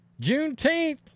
Juneteenth